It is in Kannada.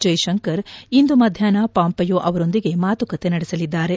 ಜೈಶಂಕರ್ ಇಂದು ಮಧ್ಯಾಹ್ವ ಪಾಂಪೆಯೊ ಅವರೊಂದಿಗೆ ಮಾತುಕತೆ ನಡೆಸಲಿದ್ದಾರೆ